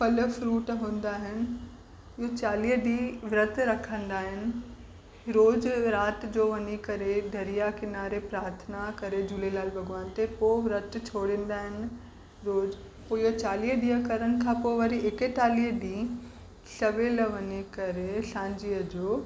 फल फ्रूट हूंदा आहिनि इहे चालीह ॾींहं विर्त रखंदा आहिनि रोज़ु राति जो वञी करे दरिया किनारे प्रार्थना करे झूलेलाल भॻवान ते पोइ विर्त छोड़ीदा आहिनि रोज़ु पोइ इहो चालीह ॾींहं करण खां पोइ वरी एकेतालीहें ॾींहुं सवेल वनी करे सांझीअ जो